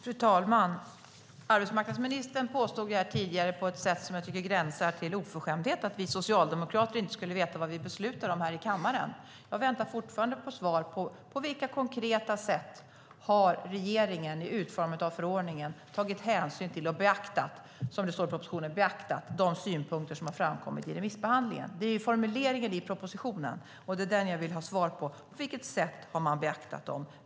Fru talman! Arbetsmarknadsministern påstod här tidigare på ett sätt som jag tycker gränsar till oförskämdhet att vi socialdemokrater inte skulle veta vad vi beslutar om här i kammaren. Jag väntar fortfarande på svar på frågan: På vilket konkreta sätt har regeringen i utformningen av förordningen tagit hänsyn till och beaktat, som det står i propositionen, de synpunkter som har framkommit i remissbehandlingen? Det är den formuleringen i propositionen som jag vill ha ett svar på. På vilket sätt har man beaktat det?